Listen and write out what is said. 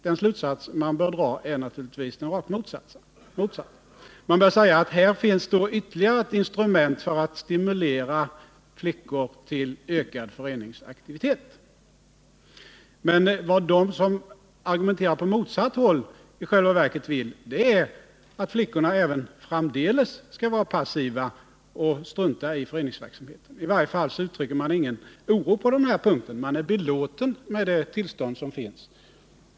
Den slutsats man bör dra är naturligtvis den rakt motsatta, att här finns ytterligare ett instrument för att stimulera flickor till ökad föreningsaktivitet. Vad de som argumenterar på motsatt sätt i själva verket vill är att flickorna även framdeles skall vara passiva och strunta i föreningsverksamhet. I varje fall uttrycker man ingen oro i det avseendet. Man är belåten med det tillstånd som nu råder.